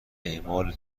اعمال